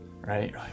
right